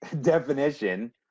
definition